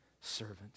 servant